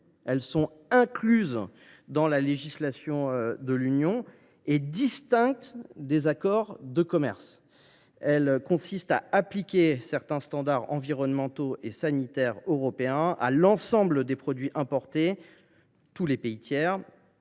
elles sont incluses dans la législation de l’Union européenne et distinctes des accords de commerce. Elles consistent à appliquer certains standards environnementaux et sanitaires européens à l’ensemble des produits importés de tous les pays tiers.